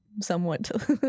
somewhat